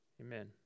Amen